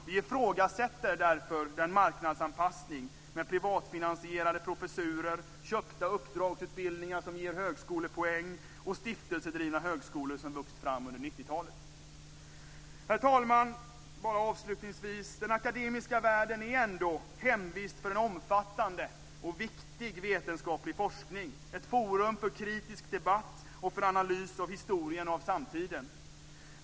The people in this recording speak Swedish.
Vi ifrågasätter därför den marknadsanpassning med privatfinansierade professurer, köpta uppdragsutbildningar som ger högskolepoäng och stiftelsedrivna högskolor som vuxit fram under 90-talet. Herr talman! Den akademiska världen är hemvist för en omfattande och viktig vetenskaplig forskning, ett forum för kritisk debatt och analys av historien och samtiden.